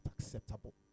acceptable